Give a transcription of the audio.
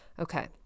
okay